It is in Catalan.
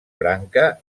branca